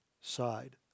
side